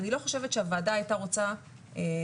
אני לא חושבת שהוועדה הייתה רוצה שתהיה,